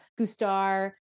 gustar